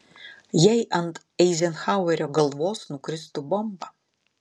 jei ant eizenhauerio galvos nukristų bomba